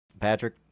patrick